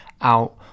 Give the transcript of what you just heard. out